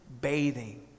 bathing